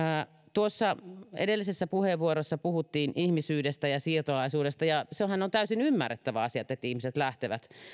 tuossa edellisessä puheenvuorossa puhuttiin ihmisyydestä ja siirtolaisuudesta sehän on täysin ymmärrettävä asia että ihmiset lähtevät